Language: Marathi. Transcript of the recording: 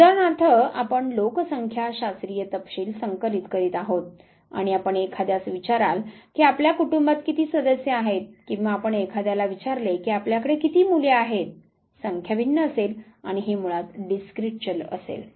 उदाहरणार्थ आपण लोकसंख्या शास्त्रीय तपशील संकलित करीत आहोत आणि आपण एखाद्यास विचाराल की आपल्या कुटुंबात किती सदस्य आहेत किंवा आपण एखाद्याला विचारले की आपल्याकडे किती मुले आहेत संख्या भिन्न असेल आणि हे मुळात डिसक्रीट चल असेल